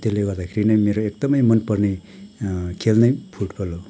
त्यसले गर्दाखेरि नै मेरो एकदमै मन पर्ने खेल नै फुटबल हो